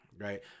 right